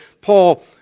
Paul